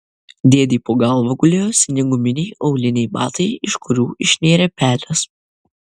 dėdei po galva gulėjo seni guminiai auliniai batai iš kurių išnėrė pelės